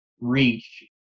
reach